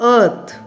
earth